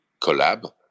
collab